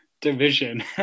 division